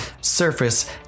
surface